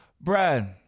brad